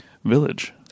village